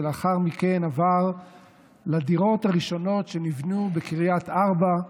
ולאחר מכן עבר לדירות הראשונות שנבנו בקריית ארבע,